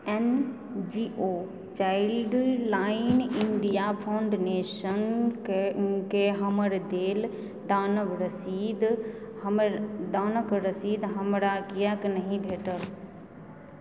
N G O Childline India Foundation के हमर देल दानक रसीद हमरा किएक नहि भेटल